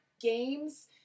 Games